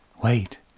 Wait